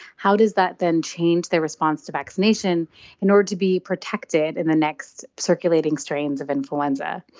how does that then change their response to vaccination in order to be protected in the next circulating strains of influenza.